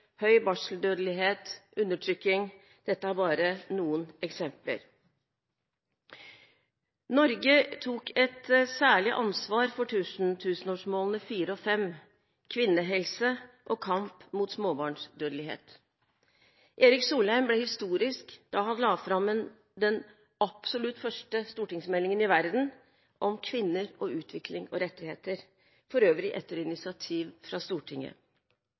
høy barseldødelighet og undertrykking er bare noen eksempler. Norge tok et særlig ansvar for tusenårsmålene fire og fem, kvinnehelse og kamp mot småbarnsdødelighet. Erik Solheim ble historisk da han la fram den absolutt første stortingsmeldingen i verden om kvinner, utvikling og rettigheter, for øvrig etter initiativ fra Stortinget.